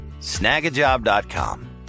snagajob.com